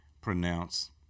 pronounce